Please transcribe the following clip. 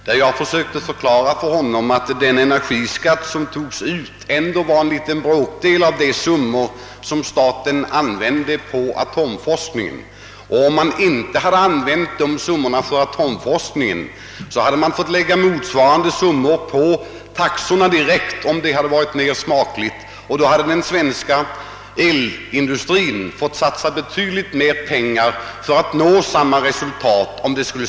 Då försökte jag förklara för honom att den energiskatt som uttogs bara var en bråkdel av de summor staten använde på atomforskning, och om de pengarna inte använts till sådan forskning hade motsvarande summor fått läggas direkt på taxorna — om nu det hade varit mera smakligt. Och om verksamheten hade splittrats på olika händer, så hade den svenska elindustrin fått satsa betydligt mera pengar för att nå samma resultat.